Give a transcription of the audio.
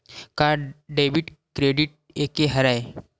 का debit credit एके हरय?